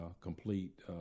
complete